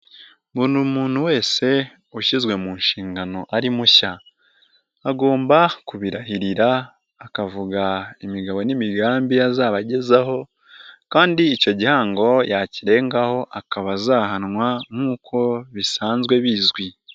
Buri umuntu wese ushyizwe mu nshingano ari mushya agomba kubirahirira akavuga imigabo n'imigambi azabagezaho kandi icyo gihango yakirengaho akaba azahanwa nkuko bisanzwe bizwi.